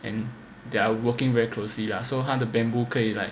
and they are working very closely lah so 他的 bamboo 可以 like